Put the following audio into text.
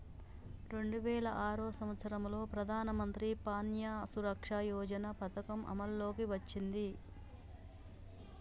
రెండు వేల ఆరు సంవత్సరంలో ప్రధానమంత్రి ప్యాన్య సురక్ష యోజన పథకం అమల్లోకి వచ్చింది